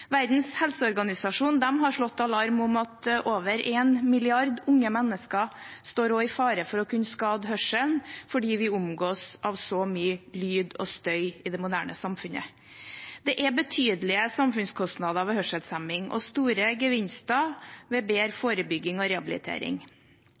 Verdens helseorganisasjon har slått alarm om at over én milliard unge mennesker står i fare for å skade hørselen fordi vi omgis av så mye lyd og støy i det moderne samfunnet. Det er betydelige samfunnskostnader ved hørselshemming og store gevinster ved bedre